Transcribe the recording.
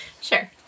Sure